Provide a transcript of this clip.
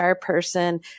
person